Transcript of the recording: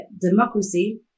democracy